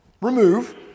remove